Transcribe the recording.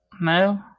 no